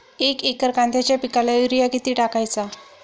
एक एकर कांद्याच्या पिकाला युरिया किती टाकायचा?